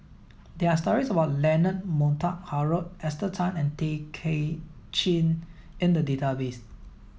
there are stories about Leonard Montague Harrod Esther Tan and Tay Kay Chin in the database